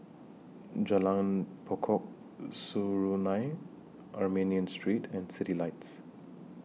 Jalan Pokok Serunai Armenian Street and Citylights